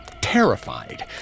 terrified